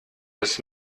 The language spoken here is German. das